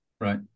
right